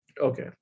Okay